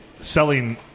selling